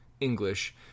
english